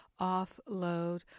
offload